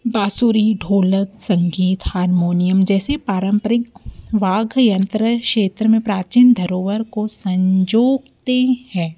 बाँसुरी ढोलक संगीत हारमोनियम जैसे पारंपरिक वाघ यंत्र क्षेत्र में प्राचीन धरोहर को संजोते है